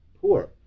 poor